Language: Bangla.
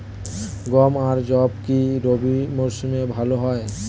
গম আর যব কি রবি মরশুমে ভালো হয়?